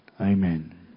Amen